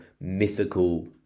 mythical